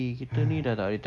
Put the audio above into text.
!hais!